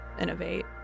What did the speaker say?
innovate